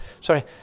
sorry